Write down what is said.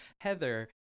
Heather